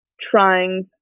trying